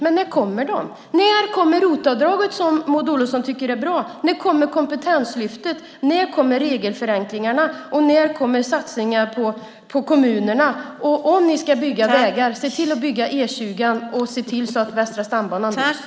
Men när kommer det här? När kommer ROT-avdraget, som Maud Olofsson tycker är bra? När kommer Kompetenslyftet? När kommer regelförenklingarna? Och när kommer satsningar på kommunerna? Och om ni ska bygga vägar: Se till att bygga E 20, och se till att Västra stambanan byggs!